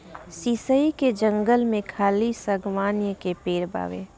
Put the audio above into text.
शीशइ के जंगल में खाली शागवान के पेड़ बावे